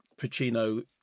pacino